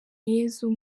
yezu